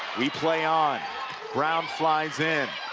we play on brown flies in.